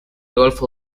golfo